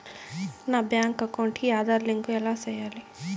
నా bank account కి Aadhaar link ఎలా సేయాలి